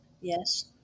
yes